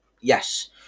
yes